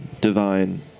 Divine